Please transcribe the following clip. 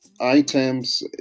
items